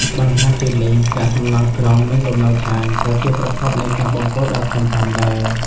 បន្ថែមពីនេះ កាកសំណល់ក្រុង និងលំនៅឋាន ក៏ជាប្រភពនៃការបំពុលដ៏ធំផងដែរ។